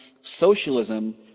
socialism